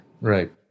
Right